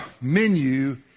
menu